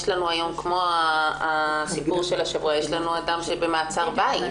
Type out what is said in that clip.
יש לנו היום כמו במקרה של מה שקרה השבוע - אדם שהוא במעצר בית.